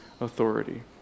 authority